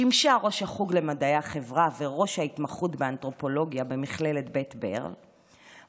שימשה ראש החוג למדעי החברה וראש ההתמחות באנתרופולוגיה במכללת בית ברל,